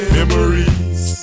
Memories